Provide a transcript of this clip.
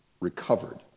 recovered